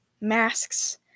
masks